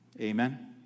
Amen